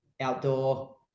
outdoor